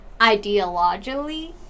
ideologically